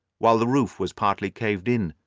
while the roof was partly caved in,